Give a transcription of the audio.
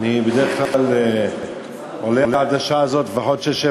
אני בדרך כלל עולה עד השעה הזאת לפחות שש,